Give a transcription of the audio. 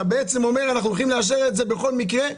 אתה בעצם אומר שאנחנו הולכים לאשר את זה בכל מקרה,